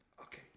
Okay